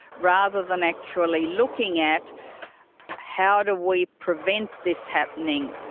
rather than actually looking at how do we prevent this happening.